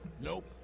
Nope